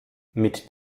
mit